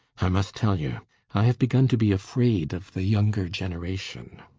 i must tell you i have begun to be afraid of the younger generation.